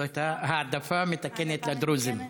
זו הייתה העדפה מתקנת לדרוזים.